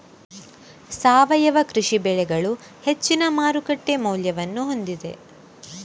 ಸಾವಯವ ಕೃಷಿ ಬೆಳೆಗಳು ಹೆಚ್ಚಿನ ಮಾರುಕಟ್ಟೆ ಮೌಲ್ಯವನ್ನು ಹೊಂದಿದೆ